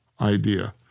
idea